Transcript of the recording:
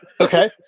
okay